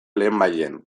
lehenbailehen